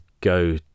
go